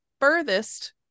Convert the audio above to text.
furthest